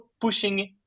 pushing